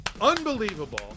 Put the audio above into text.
Unbelievable